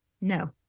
No